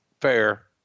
fair